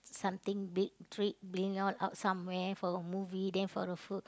something big treat bringing you all out somewhere for a movie then for a food